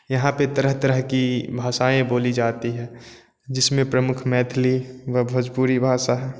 यहाँ पर तरह तरह की भाषाएँ बोली जाती है जिसमें प्रमुख मैथली व भोजपुरी भाषा है